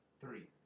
Three